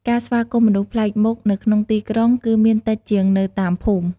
ការស្វាគមន៍មនុស្សប្លែកមុខ នៅក្នុងទីក្រុង គឺមានតិចជាងនៅតាមភូមិ។